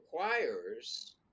requires